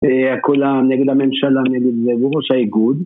וכולם נגד הממשלה, נגד וראש האיגוד